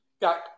got